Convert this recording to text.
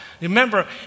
remember